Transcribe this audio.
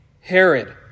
Herod